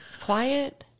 quiet